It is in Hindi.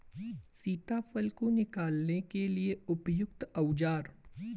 सीताफल को निकालने के लिए उपयुक्त औज़ार?